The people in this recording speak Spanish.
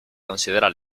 considera